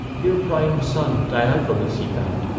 here priam's son, deiphobus, he found,